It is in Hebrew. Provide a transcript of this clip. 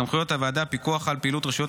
סמכויות הוועדה: פיקוח על פעילות רשויות